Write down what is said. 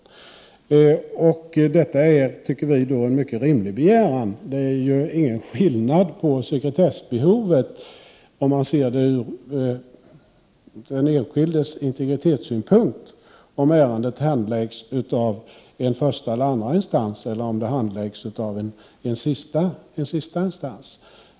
Detta är, tycker vi, en mycket rimlig begäran. Det är ju ingen skillnad på sekretessbehovet med hänsyn till den enskildes integritet, om ärendet handläggs av en första eller andra instans eller om det handläggs av en sista instans.